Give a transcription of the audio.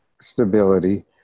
stability